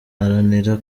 haranira